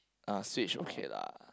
uh switch okay lah